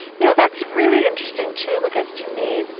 you know that's really interesting, too, because to me,